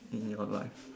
in your life